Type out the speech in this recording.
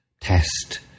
test